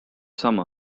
summer